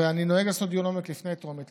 ואני נוהג לעשות דיון עומק לפני טרומית,